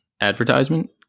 advertisement